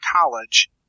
college